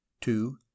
Two